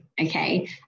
Okay